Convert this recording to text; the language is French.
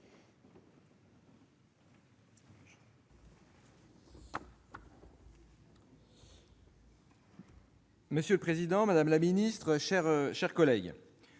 Monsieur le président, madame la ministre, mes chers collègues,